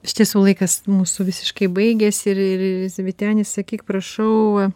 iš tiesų laikas mūsų visiškai baigėsi ir ir ir vyteni sakyk prašau